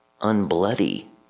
unbloody